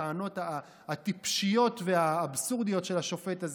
הטענות הטיפשיות והאבסורדיות של השופט הזה,